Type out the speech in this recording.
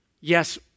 Yes